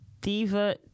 diva